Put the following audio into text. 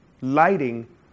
lighting